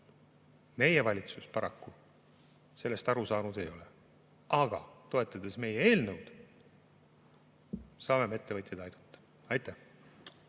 Meie valitsus paraku sellest aru saanud ei ole. Aga toetades meie eelnõu, saame me ettevõtjaid aidata. Aitäh!